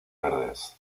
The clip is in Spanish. verdes